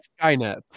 Skynet